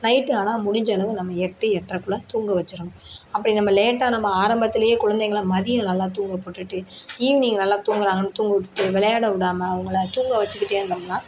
night ஆனா முடிஞ்சளவு நம்ம எட்டு எட்டர குள்ள தூங்க வச்சிடணும் அப்படி நம்ம லேட்டாக நம்ம ஆரம்பத்திலையே குழந்தைகளை மதியம் நல்லா தூங்க போட்டுட்டு ஈவினிங் நல்லா தூங்குறாங்கனு தூங்க விட்டுட்டு விளையாடவிடாம அவங்கள தூங்க வச்சிக்கிட்டே இருந்தோம்னா